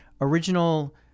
original